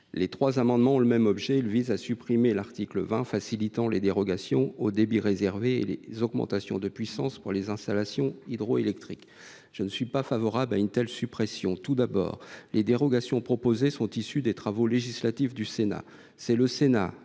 Ces trois amendements identiques visent à supprimer l’article 20, qui facilite les dérogations aux débits réservés et les augmentations de puissance pour les installations hydroélectriques. Je ne suis pas favorable à une telle suppression. Tout d’abord, les dérogations proposées sont issues des travaux législatifs du Sénat. C’est notre